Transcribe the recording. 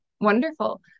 Wonderful